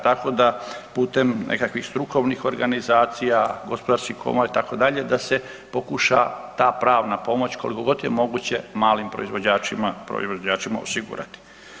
Tako da putem nekakvih strukovnih organizacija, gospodarskih komora itd., da se pokuša ta pravna pomoć koliko god je moguće malim proizvođačima, proizvođačima osigurati.